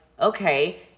okay